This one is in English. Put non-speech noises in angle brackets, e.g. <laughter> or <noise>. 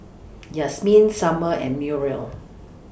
<noise> Yasmeen Summer and Muriel